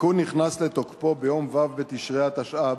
התיקון נכנס לתוקפו ביום ו' בתשרי התשע"ב,